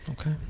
Okay